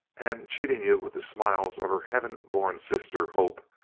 and, cheating you with the smiles of her heaven-born sister, hope,